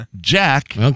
Jack